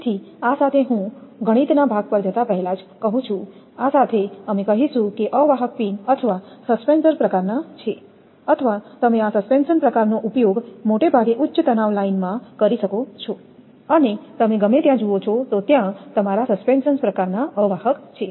તેથી આ સાથે હું ગણિતના ભાગ પર જતાં પહેલાં જ કહું છું આ સાથે અમે કહીશું કે અવાહક પીન અથવા સસ્પેન્સર્સ પ્રકારનાં નાં છે અથવા તમે આ સસ્પેન્શન પ્રકારનો ઉપયોગ મોટે ભાગે ઉચ્ચ તનાવ લાઇનમાં કરી શકો છો અને તમે ગમે ત્યાં જુઓ છો તો ત્યાં તમારા સસ્પેન્શન પ્રકારનાં અવાહક છે